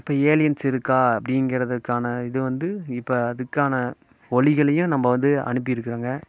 இப்போ ஏலியன்ஸ் இருக்கா அப்படிங்கிறதுக்கான இது வந்து இப்போ அதுக்கான ஒலிகளையும் நம்ம வந்து அனுப்பியிருக்காங்க